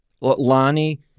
Lonnie